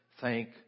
Thank